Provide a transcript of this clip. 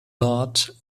lord